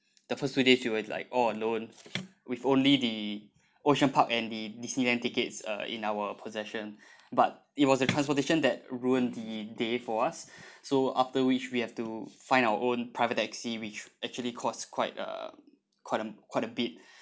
the first few days we were like oh alone with only the ocean park and the Disneyland tickets uh in our possession but it was the transportation that ruined the day for us so after which we have to find our own private taxi which actually cost quite a quite a quite a bit